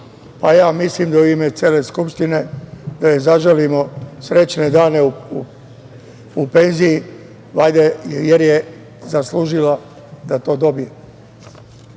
Ja mislim da joj u ime cele Skupštine zaželimo srećne dane u penziji, jer je zaslužili da to dobije.